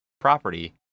property